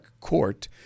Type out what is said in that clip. court